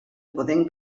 podem